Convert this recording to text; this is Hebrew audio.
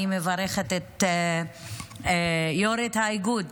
אני מברכת את יו"ר האיגוד,